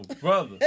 brother